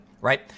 right